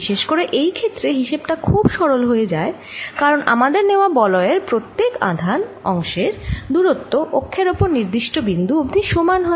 বিশেষ করে এই ক্ষেত্রে হিসেব টা খুব সরল হয়ে যায় কারণ আমাদের নেওয়া বলয়ের প্রত্যেক আধান অংশের দূরত্ব অক্ষের ওপর নির্দিষ্ট বিন্দু অবধি সমান হয়